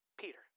Peter